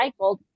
recycled